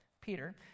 Peter